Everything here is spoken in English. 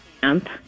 Camp